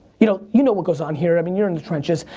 you know you know what goes on here. i mean you're in the trenches.